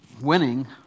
winning